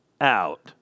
out